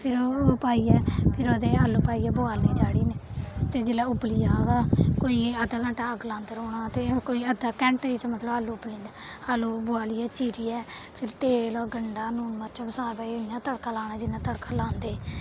फिर ओह् पाइयै फिर ओह्दे च आलू पाइयै बोआलने चाढ़ी ओड़ने ते जिल्लै उब्बली जाग कोई अद्धा घैंटा अग्ग लांदे रौह्ना ते कोई अद्धा घैंटे च मतलब आलू उब्बली जंदे आलू बोआलियै चीरियै फिर तेल गंढा लून मर्चां बसार पाइयै इ'यां तड़का लाना जि'यां तड़का लांदे